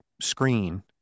screen